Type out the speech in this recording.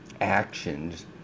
actions